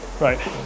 right